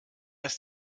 ist